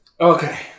Okay